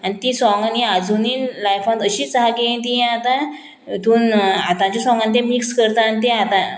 आनी ती सोंग न्ही आजूनी लायफान अशीच आहा की ती आतां हितून आतांच्या सोंगान तें मिक्स करता आनी तें आतां